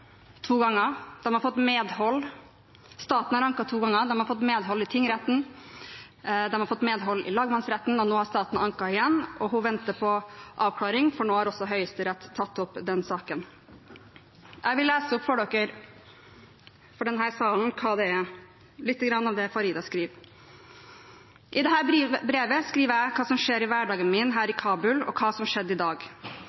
to ganger. Familien har fått medhold i tingretten, og de har fått medhold i lagmannsretten. Nå er saken anket igjen, og hun venter på avklaring, for nå har også Høyesterett tatt opp saken. Jeg vil lese opp for denne salen litt av det Farida skriver: «I dette brevet skriver jeg hva som skjer i hverdagen min her i